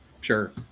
Sure